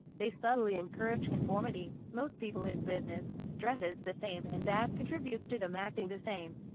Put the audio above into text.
they subtly encourage conformity. most people in business dresses the same and that contributes to them acting the same.